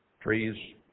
trees